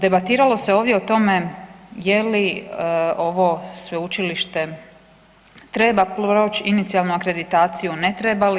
Debatiralo se ovdje o tome je li ovo sveučilište treba proći inicijalnu akreditaciju, ne treba li.